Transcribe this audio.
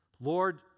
Lord